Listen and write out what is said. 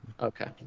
Okay